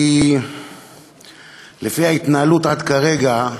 כי לפי ההתנהלות עד הרגע,